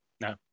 No